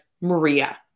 Maria